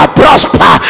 prosper